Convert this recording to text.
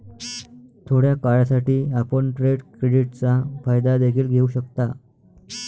थोड्या काळासाठी, आपण ट्रेड क्रेडिटचा फायदा देखील घेऊ शकता